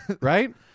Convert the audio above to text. right